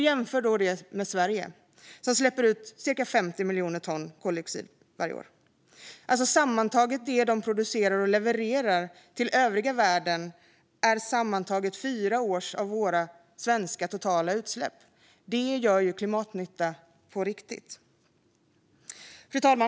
Jämför detta med Sverige som släpper ut cirka 50 miljoner ton koldioxid varje år. Det som de producerar och levererar till övriga världen är alltså sammantaget fyra år av våra totala svenska utsläpp. Detta gör klimatnytta på riktigt. Fru talman!